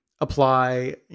apply